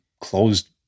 closed